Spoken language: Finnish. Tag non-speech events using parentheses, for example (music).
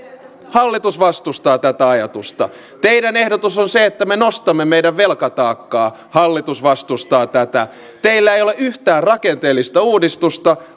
hallitus vastustaa tätä ajatusta teidän ehdotuksenne on se että me nostamme meidän velkataakkaa hallitus vastustaa tätä teillä ei ole yhtään rakenteellista uudistusta (unintelligible)